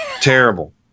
Terrible